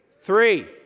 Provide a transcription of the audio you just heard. three